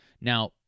Now